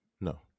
No